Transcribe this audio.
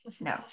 No